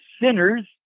sinners